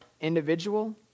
individual